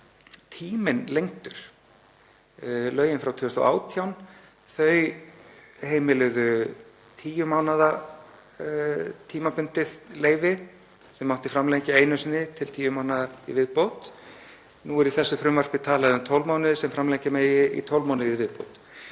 lagi lengdur. Lögin frá 2018 heimiluðu 10 mánaða tímabundið leyfi sem mátti framlengja einu sinni til 10 mánaða í viðbót. Nú er í þessu frumvarpi talað um 12 mánuði sem má framlengja til 12 mánaða í viðbót.